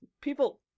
People